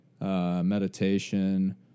meditation